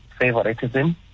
favoritism